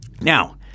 Now